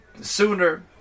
sooner